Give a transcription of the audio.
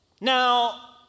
Now